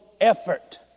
effort